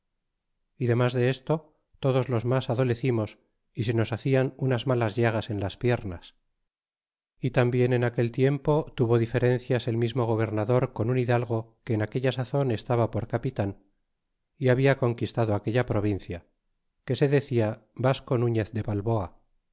y demas de esto todos los mas adolecimos y se nos hacian unas malas llagas en las piernas y tambien en aquel tiempo tuvo diferencias el mismo gobernador con un hidalgo que en aquella sazon estaba por capitan y había conquistado aquella provincia que se decia vasco nuñez de balboa